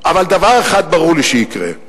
דבר אחד ברור לי שיקרה: